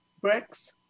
Bricks